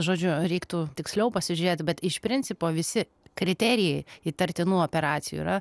žodžiu reiktų tiksliau pasižėti bet iš principo visi kriterijai įtartinų operacijų yra